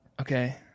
okay